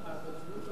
עוד פעם העדתיות הזאת?